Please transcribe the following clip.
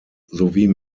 sowie